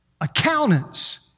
accountants